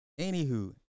Anywho